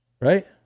Right